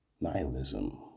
nihilism